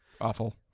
awful